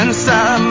Inside